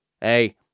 Hey